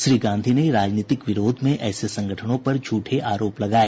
श्री गांधी ने राजनीतिक विरोध में ऐसे संगठनों पर झूठे आरोप लगाए